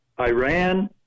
Iran